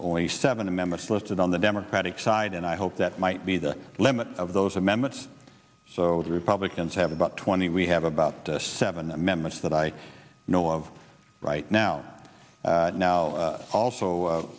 only seven the members listed on the democratic side and i hope that might be the limit of those amendments so republicans have about twenty we have about seven members that i know of right now now also